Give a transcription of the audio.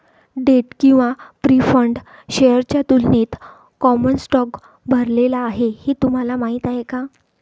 Date किंवा preferred शेअर्सच्या तुलनेत कॉमन स्टॉक भरलेला आहे हे तुम्हाला माहीत आहे का?